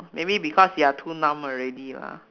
maybe because you are too numb already lah